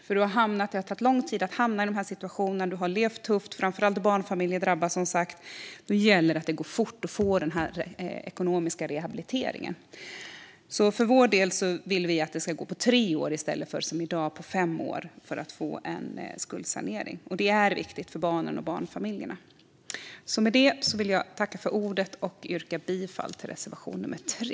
Det har tagit lång tid att hamna i de här situationerna, man har levt tufft och framför allt har man som sagt drabbats om man är en barnfamilj. Då gäller det att det går fort att få denna ekonomiska rehabilitering. Vi vill därför att det ska gå på tre år i stället för på fem år, som i dag, att få en skuldsanering. Det är viktigt för barnen och barnfamiljerna. Med detta yrkar jag bifall till reservation nr 3.